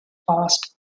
past